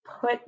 Put